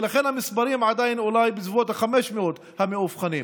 ולכן המספרים עדיין אולי בסביבות ה-500 מאובחנים.